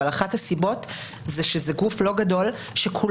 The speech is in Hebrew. אבל אחת הסיבות היא שזה גוף לא גדול שכולו